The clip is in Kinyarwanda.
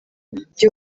byo